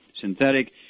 synthetic